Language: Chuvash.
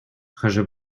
хӑшӗ